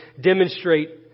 demonstrate